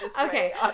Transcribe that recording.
okay